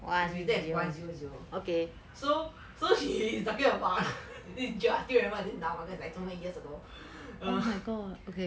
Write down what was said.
we pretend as one zero zero so so he talking about !wah! I still remember this now that's like so many years ago